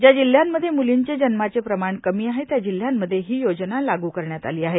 ज्या जिल्हयांमध्ये म्लींचे जन्माचे प्रमाण कमी आहे त्या जिल्हयांमध्ये ही योजना लागू करण्यात आली आहे